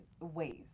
ways